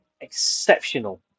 exceptional